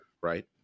right